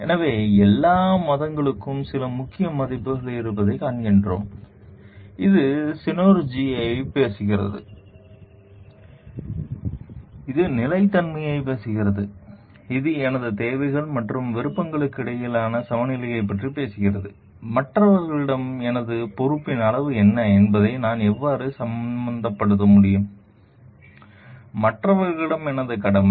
எனவே எல்லா மதங்களுக்கும் சில முக்கிய மதிப்புகள் இருப்பதைக் காண்கிறோம் இது சினெர்ஜியைப் பேசுகிறது இது நிலைத்தன்மையைப் பேசுகிறது இது எனது தேவைகள் மற்றும் விருப்பங்களுக்கிடையில் சமநிலையைப் பேசுகிறது மற்றவர்களிடம் எனது பொறுப்பின் அளவு என்ன என்பதை நான் எவ்வாறு சமப்படுத்த வேண்டும் மற்றவர்களிடம் எனது கடமை